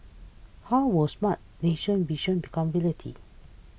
how will Smart Nation vision become reality